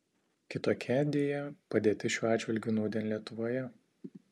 kitokia deja padėtis šiuo atžvilgiu nūdien lietuvoje